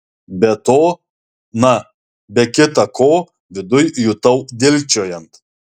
be to na be kita ko viduj jutau dilgčiojant